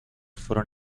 fueron